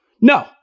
No